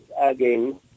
again